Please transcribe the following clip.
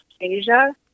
Asia